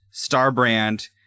Starbrand